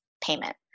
payment